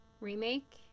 remake